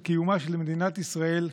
קיומה של מדינת ישראל,